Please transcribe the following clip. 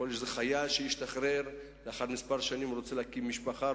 יכול להיות שזה חייל שהשתחרר ולאחר כמה שנים הוא רוצה להקים משפחה,